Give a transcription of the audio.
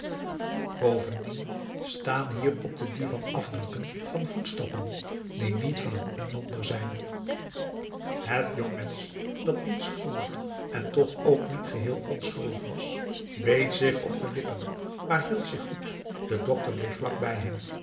bovendien staan hier op den divan afdrukken van voetstappen die niet van een inlander zijn het jongemensch dat niet schuldig en toch ook niet geheel onschuldig was beet zich op de lippen maar hield zich goed de dokter bleef vlak bij hem